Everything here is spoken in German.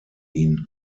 ihn